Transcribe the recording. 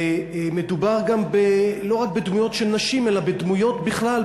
מדובר לא רק בדמויות של נשים אלא בדמויות בכלל,